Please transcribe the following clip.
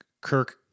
Kirk